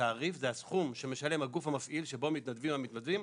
התעריף זה הסכום שמשלם הגוף המפעיל שבו מתנדבים המתנדבים,